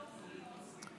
לסעיף 1 לא נתקבלה.